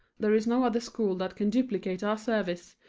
there is no other school that can duplicate our service,